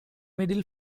middle